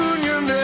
Union